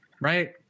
right